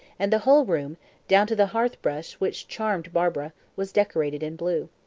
and the whole room down to the hearth-brush, which charmed barbara was decorated in blue.